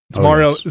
Mario